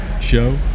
show